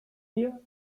dir